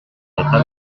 album